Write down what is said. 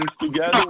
together